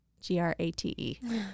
G-R-A-T-E